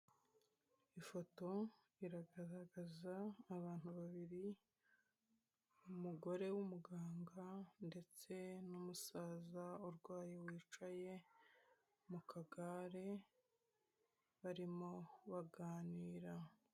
Ifoto iragaragaza abantu babiri, umugore w'umuganga ndetse n'umusaza urwaye wicaye mu kagare barimo baganira.